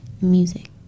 music